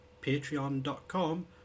patreon.com